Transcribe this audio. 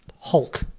Hulk